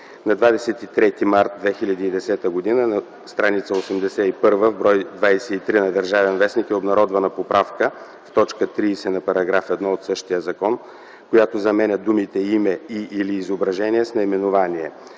На 23 март 2010 г., на страница 81 в бр. 23 на „Държавен вестник” е обнародвана поправка в т. 30, на § 1 от същия закон, която заменя думите „име и/или изображение” с „наименование”.